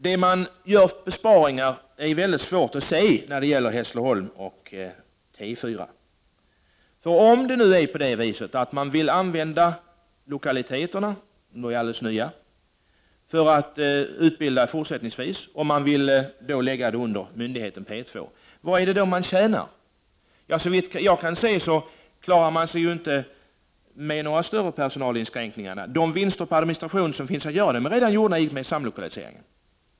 Det är mycket svårt att se var man skulle kunna göra besparingar när det gäller T4 i Hässleholm. Om man vill använda lokaliteterna — de är alldeles nya — för utbildning i framtiden och om man önskar lägga utbildningen under P2 kan man fråga sig vad man tjänar. Såvitt jag kan se kan man inte göra några större personalinskränkningar. De vinster på administrationsområdet som man kan göra är redan gjorda i samband med samlokaliseringen.